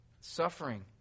Suffering